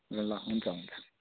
ए ल हुन्छ